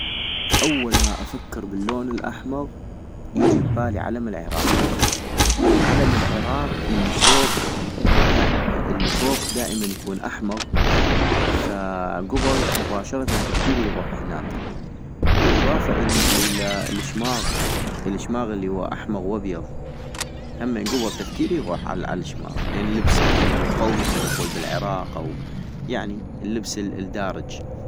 اول ما افكر باللون الاحمغ، يجي ببالي علم العراق، علم العراق الي فوق دائ الي فوق دائماً يكون احمغ ، فكبل مباشرةً تفكيري يغوح هناك - واضافة إلى الشماغ ، الشماغ الي هو احمغ وأبيض ، هم كبل تفكيري يغوح عال عالشماغ، لان ليس القومي خلي نقول بالعراق اويعني اللبس ال الدارج